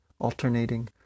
alternating